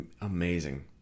amazing